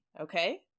okay